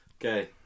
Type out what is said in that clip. Okay